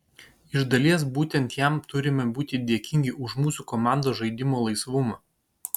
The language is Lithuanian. iš dalies būtent jam turime būti dėkingi už mūsų komandos žaidimo laisvumą